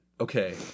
okay